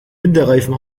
winterreifen